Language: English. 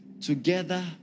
together